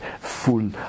full